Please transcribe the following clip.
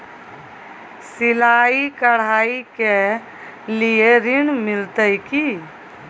सिलाई, कढ़ाई के लिए ऋण मिलते की?